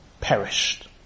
perished